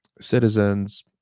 Citizens